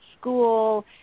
school